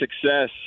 success